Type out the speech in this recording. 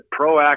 proactive